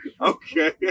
Okay